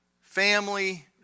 family